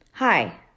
Hi